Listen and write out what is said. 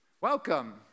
Welcome